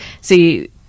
See